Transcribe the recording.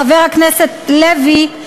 חבר הכנסת לוי,